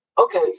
Okay